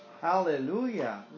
hallelujah